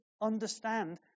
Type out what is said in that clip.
understand